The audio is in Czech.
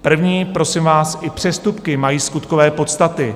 První: prosím vás, i přestupky mají skutkové podstaty.